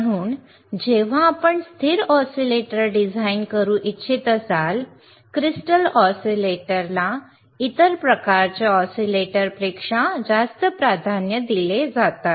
म्हणून जेव्हा आपण स्थिर ऑसीलेटर डिझाइन करू इच्छित असाल क्रिस्टल ऑसिलेटर ला इतर प्रकारच्या ऑसिलेटरपेक्षा प्राधान्य दिले जातात